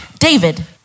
David